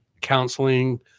counseling